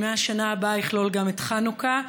מהשנה הבאה יכלול גם את חנוכה.